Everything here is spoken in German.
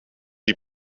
die